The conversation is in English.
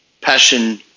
passion